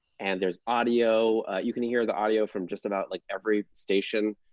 and there's audio. you can hear the audio from just about like every station.